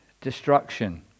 destruction